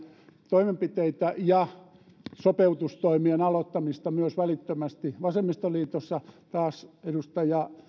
toimenpiteitä ja myös sopeutustoimien aloittamista välittömästi vasemmistoliitossa taas edustaja